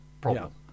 problem